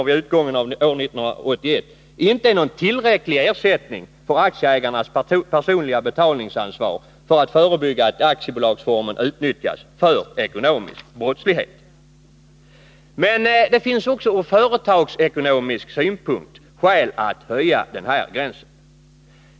vid utgången av år 1981 inte är tillräckligt med avseende på aktieägarnas personliga betalningsansvar när det gäller att förebygga att aktiebolagsformen utnyttjas för ekonomisk brottslighet. Men det finns också från företagsekonomisk synpunkt skäl att höja den här gränsen.